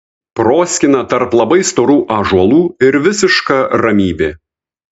proskyna tarp labai storų ąžuolų ir visiška ramybė